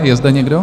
Je zde někdo?